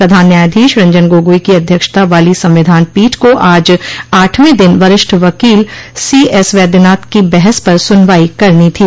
प्रधान न्यायाधीश रंजन गोगोई की अध्यक्षता वाली संविधान पीठ को आज आठवें दिन वरिष्ठ वकील सी एस वैद्यनाथ की बहस पर सुनवाई करनी थी